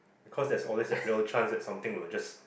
because there's always that real chance that something will just